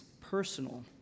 personal